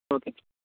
okay sir